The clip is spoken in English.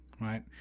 right